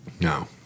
No